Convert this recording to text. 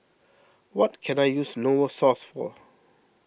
what can I use Novosource for